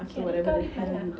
whatsapp kau reply ah